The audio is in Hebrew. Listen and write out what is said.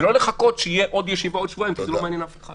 ולא לחכות שתהיה עוד ישיבה בעוד שבועיים כי זה לא מעניין אף אחד.